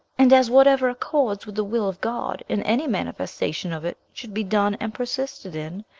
and as whatever accords with the will of god, in any manifestation of it should be done and persisted in,